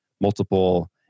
multiple